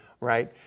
Right